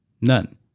None